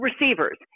receivers